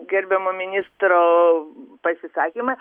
gerbiamo ministro pasisakymą